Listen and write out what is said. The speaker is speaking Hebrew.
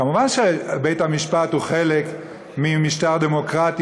מובן שבית-המשפט הוא חלק ממשטר דמוקרטי.